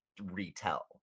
retell